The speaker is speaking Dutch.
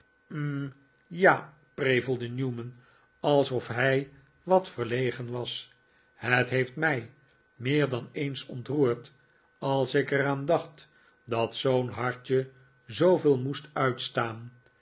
ja prevelde newman alsof hij wat verlegen was het heeft m ij meer dan eens ontroerd als ik er aan dacht dat zoo'n hartje zooveel moest uitstaan